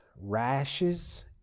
rashes